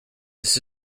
this